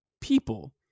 people